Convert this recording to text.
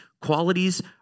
qualities